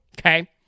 okay